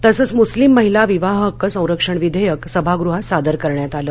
तसंच मूस्लीम महिला विवाह हक्क संरक्षण विधेयक सभागृहात सादर करण्यात आलं